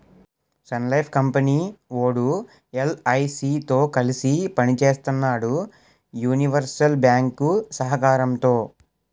Sun Life company వోడు LIC తో కలిసి పని సేత్తన్నాడు యూనివర్సల్ బ్యేంకు సహకారంతో